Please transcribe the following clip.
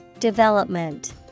Development